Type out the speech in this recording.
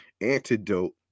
antidote